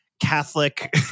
Catholic